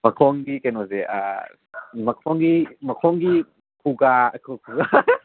ꯃꯈꯣꯡꯒꯤ ꯀꯩꯅꯣꯁꯦ ꯑꯥ ꯃꯈꯣꯡꯒꯤ ꯈꯨꯒꯥ